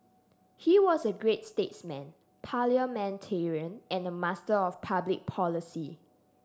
he was a great statesman parliamentarian and a master of public policy